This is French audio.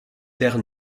terre